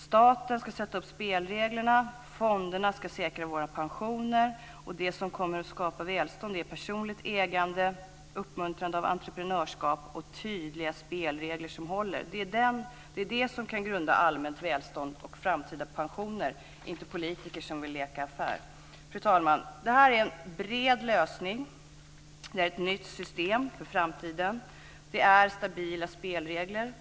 Staten ska sätta upp spelreglerna, fonderna ska säkra våra pensioner. Det som kommer att skapa välstånd är personligt ägande, uppmuntrande av entreprenörskap och tydliga spelregler som håller. Det är det som kan grunda allmänt välstånd och framtida pensioner, inte politiker som vill leka affär. Fru talman! Det här är en bred lösning. Det är ett nytt system för framtiden. Det är stabila spelregler.